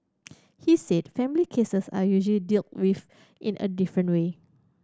he said family cases are usually dealt with in a different way